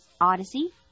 odyssey